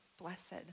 blessed